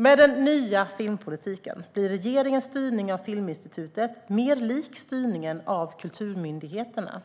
Med den nya filmpolitiken blir regeringens styrning av Filminstitutet mer lik styrningen av kulturmyndigheterna.